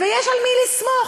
יש על מי לסמוך,